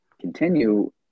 continue